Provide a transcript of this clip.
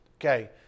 Okay